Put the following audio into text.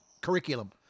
curriculum